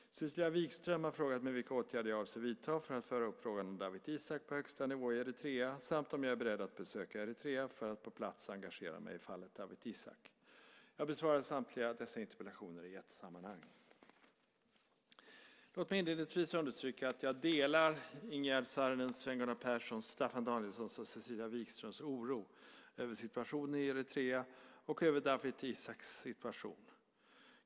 Cecilia Wigström har frågat mig vilka åtgärder jag avser att vidta för att föra upp frågan om Dawit Isaak på högsta nivå i Eritrea samt om jag är beredd att besöka Eritrea för att på plats engagera mig i fallet Dawit Isaak. Jag besvarar samtliga dessa interpellationer i ett sammanhang. Låt mig inledningsvis understryka att jag delar Ingegerd Saarinens, Sven Gunnar Perssons, Staffan Danielssons och Cecilia Wigströms oro över situationen i Eritrea och över Dawit Isaaks situation.